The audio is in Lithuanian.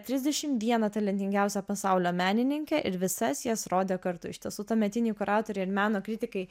trisdešim vieną talentingiausią pasaulio menininkę ir visas jas rodė kartu iš tiesų tuometiniai kuratoriai ir meno kritikai